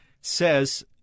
says